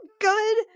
good